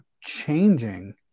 changing